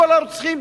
כל הרוצחים,